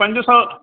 पंज सौ